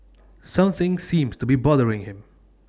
something seems to be bothering him